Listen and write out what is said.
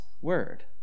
word